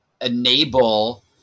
enable